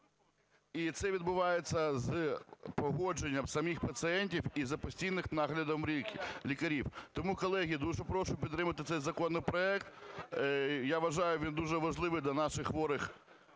і це відбувається з погодженням самих пацієнтів і за постійним наглядом лікарів. Тому, колеги, дуже прошу підтримати цей законопроект. Я вважаю, він дуже важливий для наших хворих